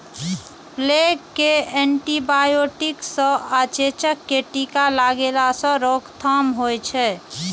plague कें antibiotic सं आ चेचक कें टीका लगेला सं रोकथाम होइ छै